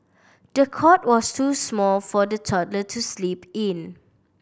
the cot was too small for the toddler to sleep in